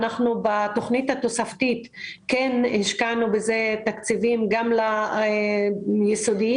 בתכנית התוספתית כן השקענו תקציבים גם ליסודיים,